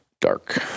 Dark